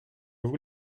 vous